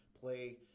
play